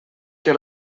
que